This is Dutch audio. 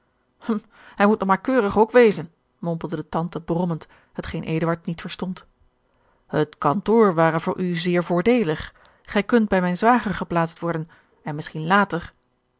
hij moet nog maar keurig ook wezen mompelde de tante brommend hetgeen eduard niet verstond het kantoor ware voor u zeer voordeelig gij kunt bij mijn zwager geplaatst worden en misschien later